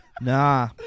Nah